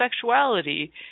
sexuality